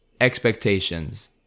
expectations